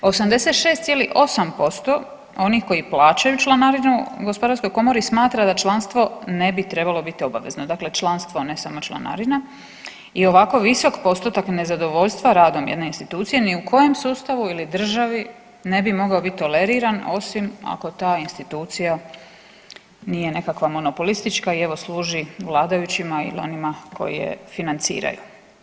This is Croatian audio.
86,8% onih koji plaćaju članarinu Gospodarskoj komori smatra da članstvo ne bi trebalo biti obavezno, dakle članstvo, ne samo članarina i ovako visok postotak nezadovoljstva radom jedne institucije ni u kojem sustavu ili državi ne bi mogao biti toleriran, osim ako ta institucija nije nekakva monopolistička i evo, služi vladajućima ili onima koji je financiraju.